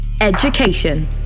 Education